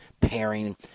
pairing